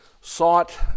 sought